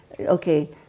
okay